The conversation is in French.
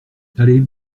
allez